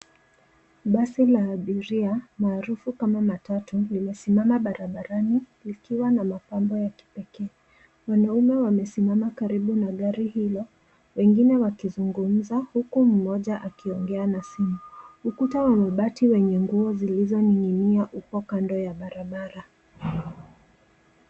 Basi la abiria, maarufu kama matatu, limesimama barabarani likiwa na mapambo ya kipekee. Wanaume wamesimama karibu na gari hilo, wengine wakizungumza huku mmoja akiongea na simu. Ukuta wa mabati wenye nguo zilizonin’ginia upo kando ya barabara.